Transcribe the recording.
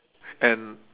and